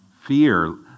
fear